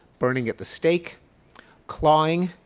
burning at the stake clawing,